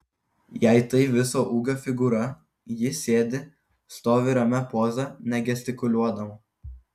jei tai viso ūgio figūra ji sėdi stovi ramia poza negestikuliuodama